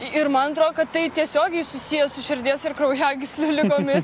ir man atrodo kad tai tiesiogiai susiję su širdies ir kraujagyslių ligomis